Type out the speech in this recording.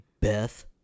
Beth